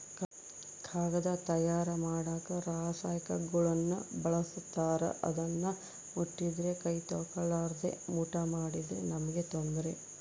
ಕಾಗದ ತಯಾರ ಮಾಡಕ ರಾಸಾಯನಿಕಗುಳ್ನ ಬಳಸ್ತಾರ ಅದನ್ನ ಮುಟ್ಟಿದ್ರೆ ಕೈ ತೊಳೆರ್ಲಾದೆ ಊಟ ಮಾಡಿದ್ರೆ ನಮ್ಗೆ ತೊಂದ್ರೆ